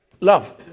Love